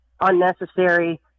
unnecessary